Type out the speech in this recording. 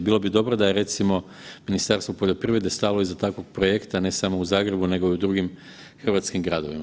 Bilo bi dobro da je recimo Ministarstvo poljoprivrede stalo iza takvog projekta, ne samo u Zagrebu nego i u drugim hrvatskim gradovima.